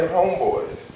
homeboys